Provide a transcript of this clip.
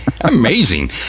Amazing